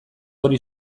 hori